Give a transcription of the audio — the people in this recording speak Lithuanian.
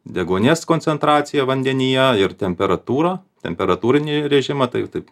deguonies koncentraciją vandenyje ir temperatūrą temperatūrinį režimą tai taip